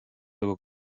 tego